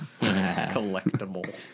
Collectible